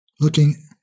looking